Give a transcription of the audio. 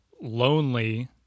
lonely